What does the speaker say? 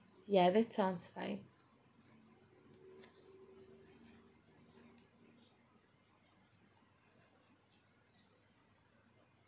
ya that sounds fine